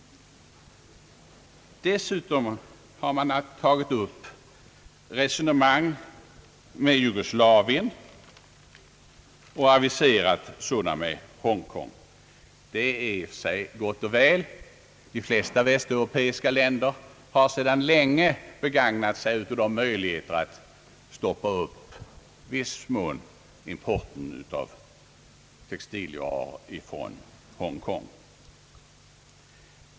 Regeringen har dessutom tagit upp resonemang med Jugoslavien och aviserat ett sådant med Hongkong. Det är i och för sig gott och väl. De flesta västeuropeiska länder har sedan länge begagnat sig av möjligheterna att i viss mån stoppa upp importen av textilvaror från Hongkong.